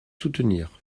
soutenir